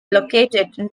located